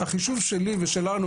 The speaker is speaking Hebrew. החישוב שלי ושלנו,